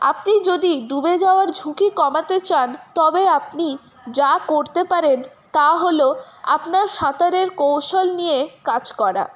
আপনি যদি ডুবে যাওয়ার ঝুঁকি কমাতে চান তবে আপনি যা করতে পারেন তা হল আপনার সাঁতারের কৌশল নিয়ে কাজ করা